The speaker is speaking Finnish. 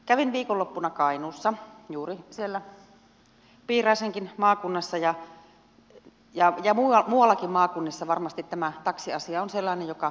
kävin viikonloppuna kainuussa juuri siellä piiraisenkin maakunnassa ja muuallakin maakunnissa varmasti tämä taksiasia on sellainen joka puhuttaa